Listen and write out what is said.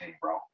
bro